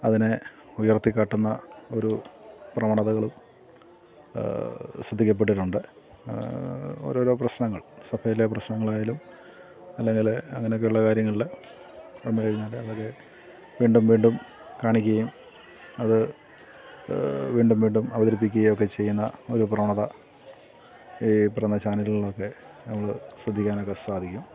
അതിനെ ഉയർത്തി കട്ടുന്ന ഒരു പ്രവണതകളും ശ്രദ്ധിക്കപ്പെട്ടിട്ടുണ്ട് ഓരോരോ പ്രശ്നങ്ങൾ സഭയിലെ പ്രശ്നങ്ങളായാലും അല്ലെങ്കിൽ അങ്ങനെയൊക്കെയുള്ള കാര്യങ്ങളിൽ വന്നു കഴിഞ്ഞാൽ അതൊക്കെ വീണ്ടും വീണ്ടും കാണിക്കുകയും അത് വീണ്ടും വീണ്ടും അവതരിപ്പിക്കുകയും ഒക്കെ ചെയ്യുന്ന ഒരു പ്രവണത ഈ പറയുന്ന ചാനലുകളിലൊക്കെ നമ്മൾ ശ്രദ്ധിക്കാനൊക്കെ സാധിക്കും